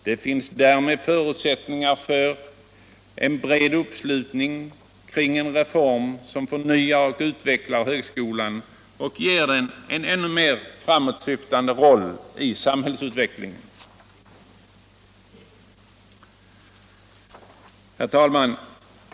Det finns därmed förutsättningar för en bred uppslutning kring en reform som förnyar och utvecklar högskolan och ger den en ännu mer framåtsyftande roll i samhällsutvecklingen. Herr talman!